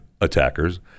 attackers